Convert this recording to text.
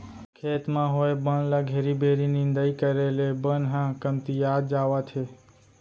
खेत म होए बन ल घेरी बेरी निंदाई करे ले बन ह कमतियात जावत हे